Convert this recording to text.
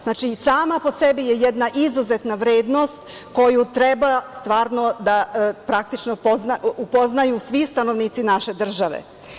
Znači, sama po sebi je jedna izuzetna vrednost koju treba stvarno da praktično upoznaju svi stanovnici naše države.